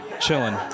chilling